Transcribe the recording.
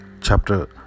Chapter